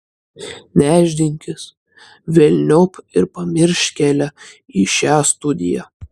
nešdinkis velniop ir pamiršk kelią į šią studiją